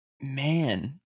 Man